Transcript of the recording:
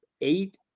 eight